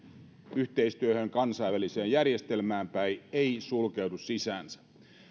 yhteistyöhön kansainväliseen järjestelmään päin ei sulkeudu sisäänsä